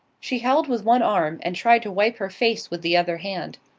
she held with one arm and tried to wipe her face with the other hand.